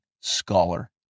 scholar